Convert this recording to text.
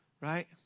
right